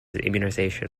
immunization